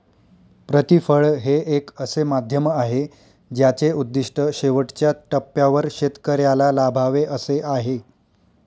प्रतिफळ हे एक असे माध्यम आहे ज्याचे उद्दिष्ट शेवटच्या टप्प्यावर शेतकऱ्याला लाभावे असे आहे